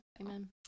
Amen